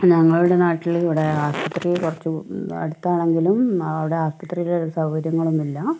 ഞങ്ങളുടെ നാട്ടിൽ ഇവിടെ ആസ്പത്രിയിൽ കുറച്ച് അടുത്താണെങ്കിലും അവിടെ ആസ്പത്രിയിൽ ഒരു സൗകര്യങ്ങളൊന്നും ഇല്ല